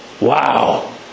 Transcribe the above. Wow